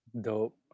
Dope